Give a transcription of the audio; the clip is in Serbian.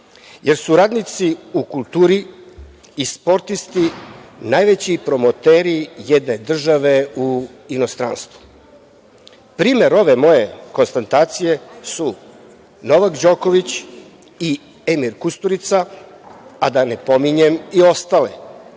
jer su radnici u kulturi i sportisti, najveći promoteri jedne države u inostranstvu. Primer ove moje konstatacije su Novak Đoković i Emir Kusturica, a da ne pominjem i ostale,